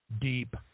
deep